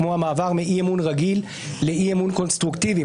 כמו המעבר מאי-אמון רגיל לאי-אמון קונסטרוקטיבי,